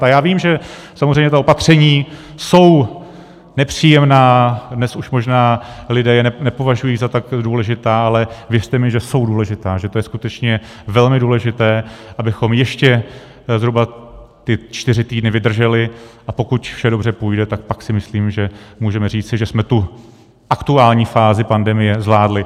A já vím, že samozřejmě ta opatření jsou nepříjemná, dnes už je možná lidé nepovažují za tak důležitá, ale věřte mi, že jsou důležitá, že to je skutečně velmi důležité, abychom ještě zhruba čtyři týdny vydrželi, a pokud vše dobře půjde, tak pak si myslím, že můžeme říci, že jsme tu aktuální fázi pandemie zvládli.